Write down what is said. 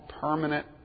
permanent